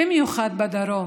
במיוחד בדרום,